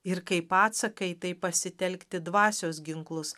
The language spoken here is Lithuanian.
ir kaip atsaką į taip pasitelkti dvasios ginklus